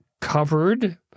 covered